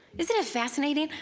isn't it fascinating?